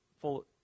full